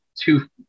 two